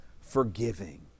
forgiving